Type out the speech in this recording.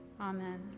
Amen